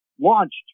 launched